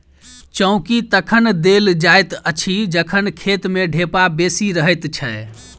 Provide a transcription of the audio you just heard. चौकी तखन देल जाइत अछि जखन खेत मे ढेपा बेसी रहैत छै